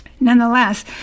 Nonetheless